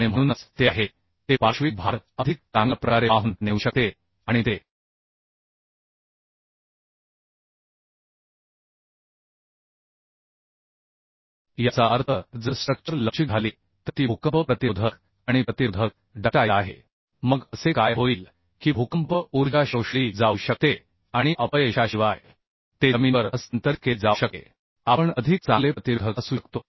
आणि म्हणूनच ते आहे ते लॅटरल भार अधिक चांगल्या प्रकारे वाहून नेऊ शकते आणि ते याचा अर्थ जर स्ट्रक्चर लवचिक झाली तर ती भूकंप प्रतिरोधक आणि प्रतिरोधक डक्टाइल आहे मग असे काय होईल की भूकंप ऊर्जा शोषली जाऊ शकते आणि अपयशाशिवाय ते जमिनीवर हस्तांतरित केले जाऊ शकते त्यामुळे जर स्ट्रक्चर लवचिक असेल तर भूकंपाच्या उत्तेजनामुळे आपण अधिक चांगले प्रतिरोधक असू शकतो